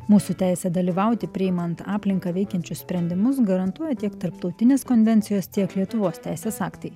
mūsų teisę dalyvauti priimant aplinką veikiančius sprendimus garantuoja tiek tarptautinės konvencijos tiek lietuvos teisės aktai